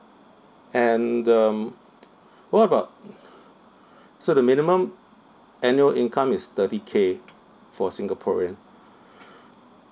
and um what about so the minimum annual income is thirty K for singaporean